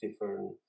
different